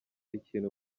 ikintu